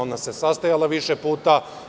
Ona se sastajala više puta.